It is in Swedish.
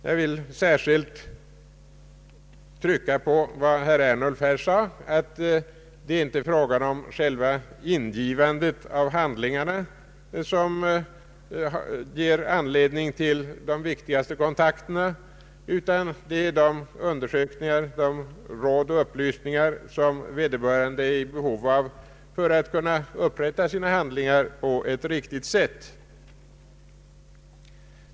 Jag vill särskilt trycka på vad herr Ernulf sade, nämligen att det inte är själva ingivandet av handlingarna som ger anledning till de viktigaste kontakterna, utan de undersökningar, råd och upplysningar som vederbörande är i behov av för att kunna upprätta sina handlingar på ett riktigt sätt.